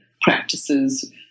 practices